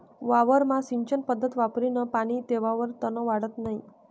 वावरमा सिंचन पध्दत वापरीन पानी देवावर तन वाढत नै